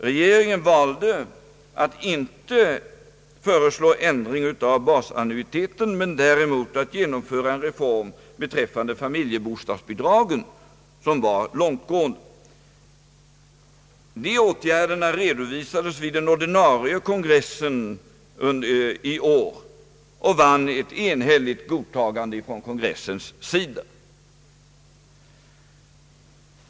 Regeringen valde att inte föreslå ändring av basannuiteten men däremot att genomföra en reform beträffande familjebostadsbidragen, en reform som var långtgående. Dessa åtgärder redovisades vid den ordinarie kongressen i år och vann ett enhälligt godtagande från kongressens sida.